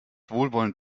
wohlwollend